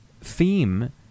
theme